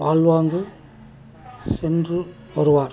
வாழ்வாங்கு சென்று வருவார்